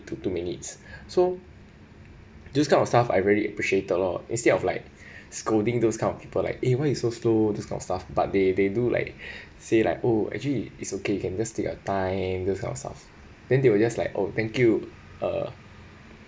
to two minutes so this kind of stuff I really appreciated lor instead of like scolding those kind of people like eh why you so slow this kind of stuff but they they do like say like oh actually is okay you can just take your time those kind of stuff then they will just like oh thank you ah